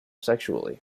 sexually